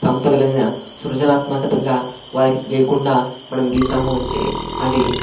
సమతుల కలిగిన సృజనాత్మకతంగా వారికి తెలియకుండా మనము గీసాము అంటే అది